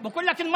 חבר'ה,